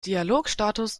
dialogstatus